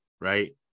right